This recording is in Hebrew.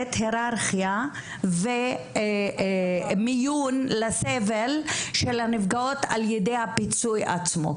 היררכיה ומיון לסבל של הנפגעות על ידי הפיצוי עצמו.